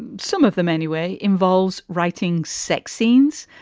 and some of them, anyway, involves writing sex scenes.